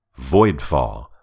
Voidfall